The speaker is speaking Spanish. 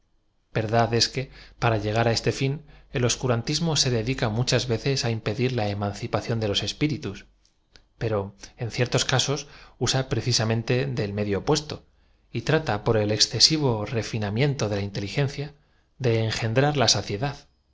verdad es que para llegar á este fin el oscurantismo se dedica muchas veces á im pedir la emancipación de los espíritus pero en ciertos casos usa preciiamente del medio opuesto y trata por el excesivo refinamiento de la inteligencia de engendrar la saciedad